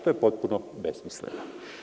To je potpuno besmisleno.